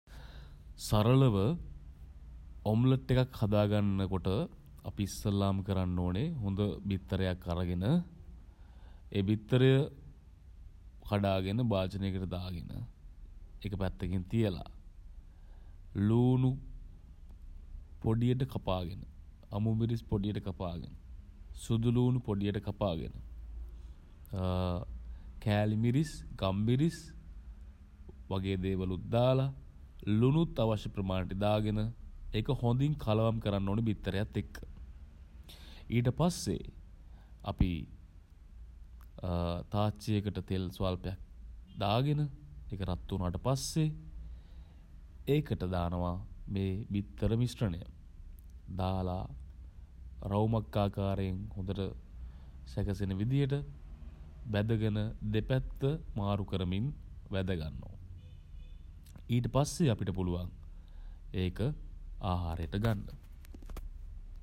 සරලව ඔම්ලට් එකක් හදා ගන්න කොට අපි ඉස්සෙල්ලාම කරන්න ඕනේ හොඳ බිත්තරයක් අරගෙන ඒ බිත්තරය කඩාගෙන භාජනයකට දාගෙන ඒක පැත්තකින් තියලා ළූණු පොඩියට කපාගෙන අමු මිරිස් පොඩියට කපා ගෙන සුදු ළූණු පොඩියට කපාගෙන කෑලි මිරිස් ගම්මිරිස් වගේ දේවලුත් දාලා ලුණුත් අවශ්‍ය ප්‍රමාණයට දාගෙන ඒක හොඳින් කලවම් කරන්න ඕනෙ බිත්තරයත් එක්ක. ඊට පස්සේ අපි තාච්චියකට තෙල් ස්වල්පයක් දාගෙන ඒක රත් වුණාට පස්සේ ඒකට දානවා මේ බිත්තර මිශ්‍රණය. දාලා රවුමක් ආකාරයෙන් හොඳට සැකසෙන විදියට බැදගෙන දෙපැත්ත මාරු කරමින් බැද ගන්නවා. ඊට පස්සේ අපිට පුළුවන් ඒක ආහාරයට ගන්න.